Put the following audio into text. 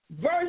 verse